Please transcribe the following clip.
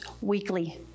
weekly